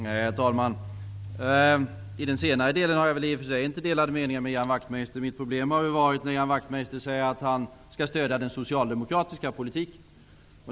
Herr talman! I den senare delen har jag väl i och för sig ingen annan mening än Ian Wachtmeister. Däremot har jag haft problem när Ian Wachtmeister har sagt att han skall stödja den socialdemokratiska politiken.